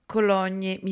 Cologne